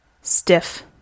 stiff